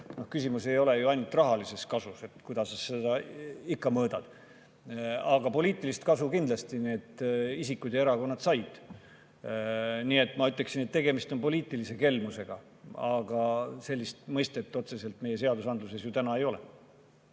küsimus ei ole ju ainult rahalises kasus? Kuidas sa seda ikka mõõdad? Aga poliitilist kasu need isikud ja erakonnad kindlasti said. Nii et ma ütleksin, et tegemist on poliitilise kelmusega, aga sellist mõistet otseselt meie seadusandluses ju täna ei ole.